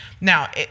now